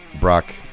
Brock